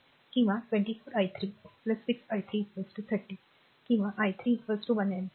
किंवा 24 i 3 6 i 3 30 किंवा i 3 1 ampere